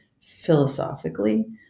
philosophically